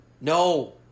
no